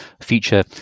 future